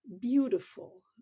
beautiful